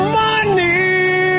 money